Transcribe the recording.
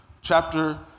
chapter